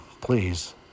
please